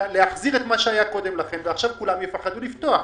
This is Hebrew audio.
ולהחזיר את מה שהיה קודם לכן ועכשיו כולם יפחדו לפתוח.